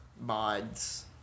Mods